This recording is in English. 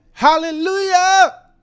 Hallelujah